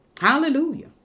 Hallelujah